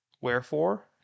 Wherefore